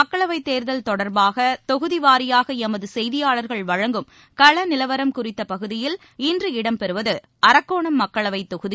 மக்களவைத் தேர்தல் தொடர்பாக தொகுதி வாரியாக எமது செய்தியாளர்கள் வழங்கும் கள நிலவரம் குறித்த பகுதியில் இன்று இடம் பெறுவது அரக்கோணம் மக்களவைத் தொகுதி